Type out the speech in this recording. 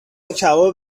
کباب